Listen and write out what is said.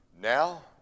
Now